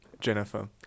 jennifer